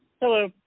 Hello